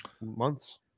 Months